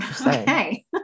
Okay